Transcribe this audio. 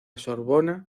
sorbona